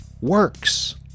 works